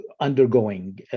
undergoing